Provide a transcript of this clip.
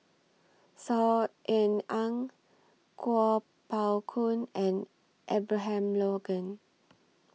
Saw Ean Ang Kuo Pao Kun and Abraham Logan